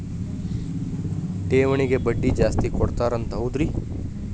ಠೇವಣಿಗ ಬಡ್ಡಿ ಜಾಸ್ತಿ ಕೊಡ್ತಾರಂತ ಹೌದ್ರಿ?